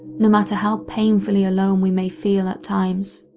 no matter how painfully alone we may feel at times.